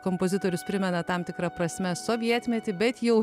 kompozitorius primena tam tikra prasme sovietmetį bet jau